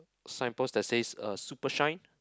signpost that says uh super shine